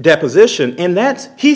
deposition and that he